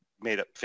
made-up